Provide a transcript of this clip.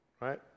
right